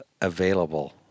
available